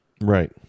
right